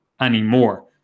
anymore